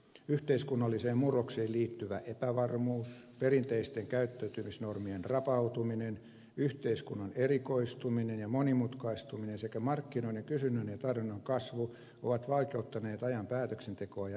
yhteiskunnalliseen murrokseen liittyvä epävarmuus perinteisten käyttäytymisnormien rapautuminen yhteiskunnan erikoistuminen ja monimutkaistuminen sekä markkinoiden kysynnän ja tarjonnan kasvu ovat vaikeuttaneet ajan päätöksentekoa ja elämän hallintaa